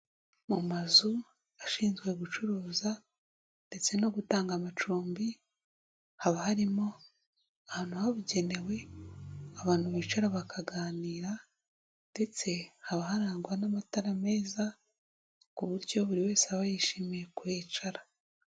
Mu mazu ashinzwe gucuruza ndetse no gutanga amacumbi haba harimo ahantu ahagenewe abantu bicara bakaganira ndetse haba harangwa n'amatara meza ku buryo buri wese aba yishimiye kuhicara.